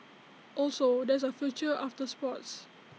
also there is A future after sports